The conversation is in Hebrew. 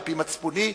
על-פי מצפוני,